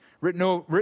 Written